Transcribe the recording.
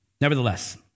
Nevertheless